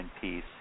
peace